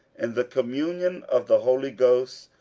and the communion of the holy ghost,